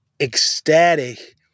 ecstatic